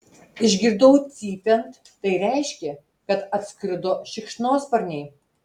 išgirdau cypiant tai reiškė kad atskrido šikšnosparniai